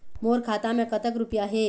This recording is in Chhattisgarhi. मोर खाता मैं कतक रुपया हे?